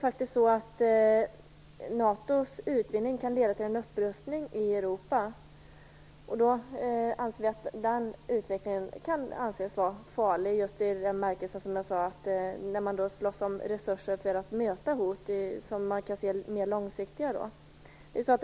NATO:s utvidgning kan leda till en upprustning i Europa. Vi anser att den utvecklingen vore farlig just i den bemärkelse som jag tidigare talade om. När man slåss om resurser för att möta hot kan NATO långsiktigt sett bli farligt.